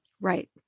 Right